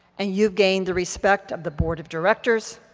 and you've gained the respect of the board of directors,